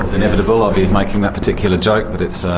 inevitable, i'll be making that particular joke, but it's, ah